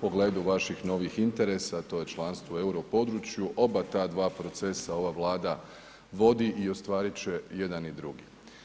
pogledu vaših novih interesa to je članstvo u euro području, oba ta dva procesa ova Vlada vodi i ostvarit će jedan i drugi.